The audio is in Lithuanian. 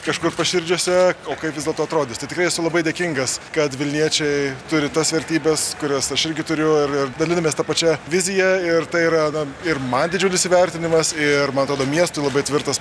kažkur paširdžiuose o kaip vis dėlto atrodys tai tikrai esu labai dėkingas kad vilniečiai turi tas vertybes kurias aš irgi turiu ir ir dalinamės ta pačia vizija ir tai yra na ir man didžiulis įvertinimas ir man atrodo miestui labai tvirtas